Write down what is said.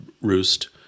roost